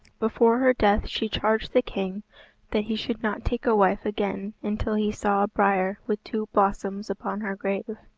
before her death she charged the king that he should not take a wife again until he saw a briar with two blossoms upon her grave,